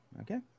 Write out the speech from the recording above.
Okay